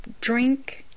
drink